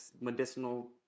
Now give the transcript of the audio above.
medicinal